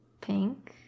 pink